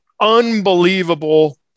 Unbelievable